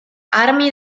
armi